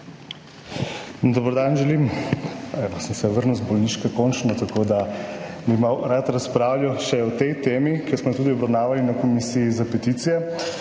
Dober dan želim. Evo, sem se vrnil z bolniške, končno, tako da bi malo rad razpravljal še o tej temi, ki smo jo tudi obravnavali na Komisiji za peticije.